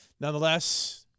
Nonetheless